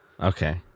Okay